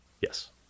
Yes